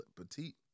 petite